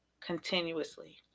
continuously